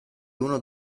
uno